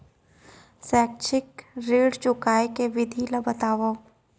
शैक्षिक ऋण चुकाए के विधि ला बतावव